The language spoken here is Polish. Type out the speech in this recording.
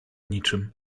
niczym